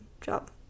job